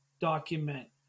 document